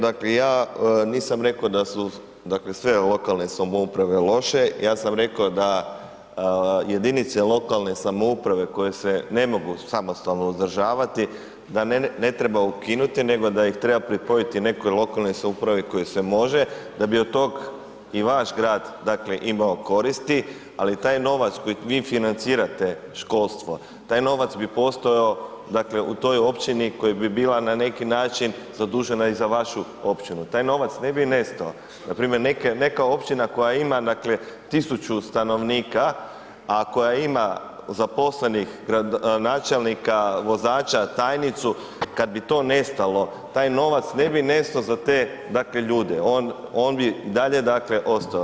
Dakle ja nisam rekao da su sve lokalne samouprave loše, ja sam rekao da jedinice lokalne samouprave koje se ne mogu samostalno uzdržavati, da ne treba ukinuti nego da ih treba pripojiti nekoj lokalnoj samoupravi kojoj se može da bi od tog i vaš grad imao koristi ali taj novac kojim vi financirate školstvo, taj novac bi postojao u toj općini koja bi bila na neki način zadužena i za vašu općinu, taj novac ne bi nestao, npr. neka općina koja ima 1000 stanovnika a koja ima zaposlenih, načelnika, vozača, tajnicu, kad bi to nestalo, taj novac ne bi nestao za te ljude, on bi i dalje ostao.